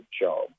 job